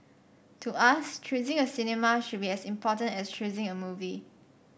to us choosing a cinema should be as important as choosing a movie